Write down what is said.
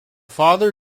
father